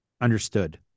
Understood